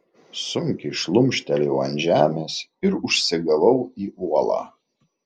sunkiai šlumštelėjau ant žemės ir užsigavau į uolą